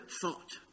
thought